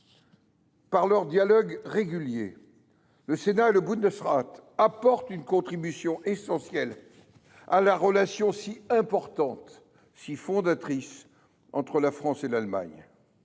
Par leur dialogue régulier, le Sénat et le apportent une contribution essentielle à la relation si importante, si fondatrice, entre la France et l’Allemagne,